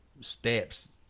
steps